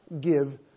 give